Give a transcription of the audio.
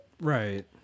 right